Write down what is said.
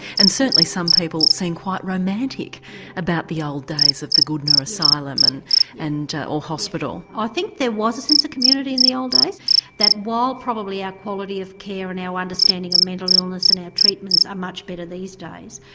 and certainly some people seem quite romantic about the old days of the goodna asylum and and or hospital. i think there was a sense of community in the old days that while probably our quality of care and our understanding of mental illness and our treatments are much better these days.